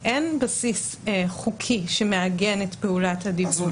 אין בסיס חוקי שמעגן את פעולת הדיבוב.